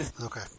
Okay